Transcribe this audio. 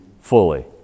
fully